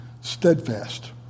steadfast